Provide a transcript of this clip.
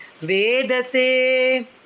Vedase